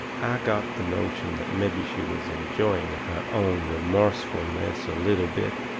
i got the notion that mebby she was enjoying her own remorsefulness a little bit.